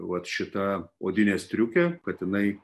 vat šita odinė striukė kad jinai